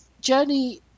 journey